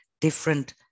different